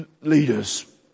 leaders